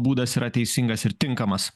būdas yra teisingas ir tinkamas